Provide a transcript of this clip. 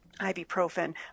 ibuprofen